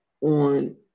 on